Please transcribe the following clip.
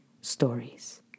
stories